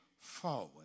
forward